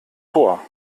vor